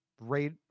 rate